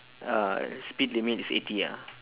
uh speed limit is eighty ah